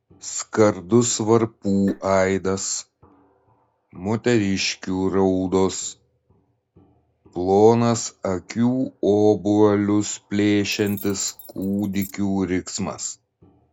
skardus varpų aidas moteriškių raudos plonas akių obuolius plėšiantis kūdikių riksmas